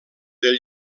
del